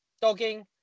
dogging